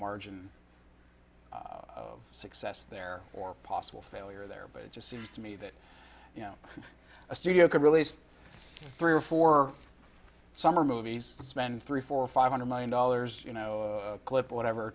margin of success there or possible failure there but it just seems to me that a studio could release three or four summer movies spend three four five hundred million dollars you know clip whatever